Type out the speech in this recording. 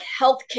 healthcare